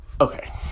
okay